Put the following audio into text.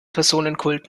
personenkult